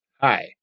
Hi